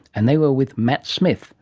and they were with matt smith